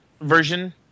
version